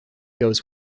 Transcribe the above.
goes